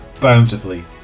bountifully